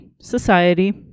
society